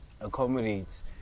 accommodate